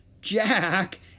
Jack